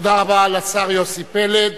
תודה רבה לשר יוסי פלד,